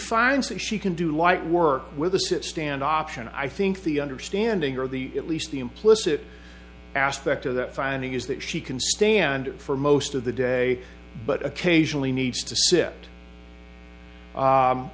finds that she can do like work with the sit stand option i think the understanding or the at least the implicit aspect of that finding is that she can stand for most of the day but occasionally needs to s